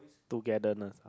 togetherness